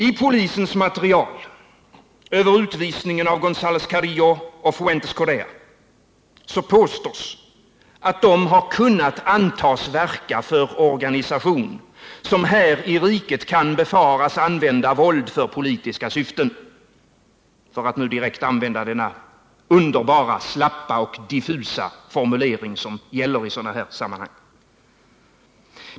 I polisens material över utvisningen av Gonzales Carillo och Fuentes Correa påstås att de har kunnat antas verka för organisation som här i riket kan befaras använda våld för politiska syften, för att direkt använda denna underbara, slappa och diffusa formulering som gäller i sådana här sammanhang.